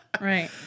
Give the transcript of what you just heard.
right